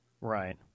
Right